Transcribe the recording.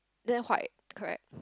then white correct